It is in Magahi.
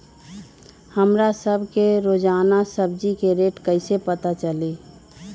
हमरा सब के रोजान सब्जी के रेट कईसे पता चली?